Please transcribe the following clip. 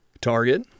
Target